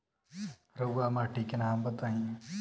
रहुआ माटी के नाम बताई?